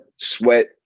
sweat